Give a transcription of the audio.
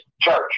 church